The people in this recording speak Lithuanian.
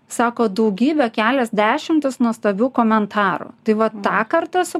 sako daugybė kelios dešimtys nuostabių komentarų tai va tąkart esu